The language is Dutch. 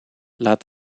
laat